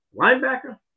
Linebacker